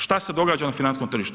Šta se događa na financijskom tržištu?